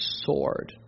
sword